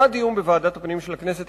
היה דיון בוועדת הפנים של הכנסת,